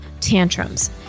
tantrums